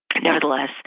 Nevertheless